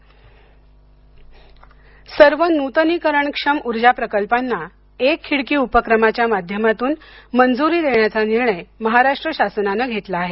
औष्णिकऊर्जा सर्व नूतनीकरणक्षम ऊर्जा प्रकल्पांना एक खिडकी उपक्रमाच्या माध्यमातून मंजूरी देण्याचा निर्णय महाराष्ट्र शासनाने घेतला आहे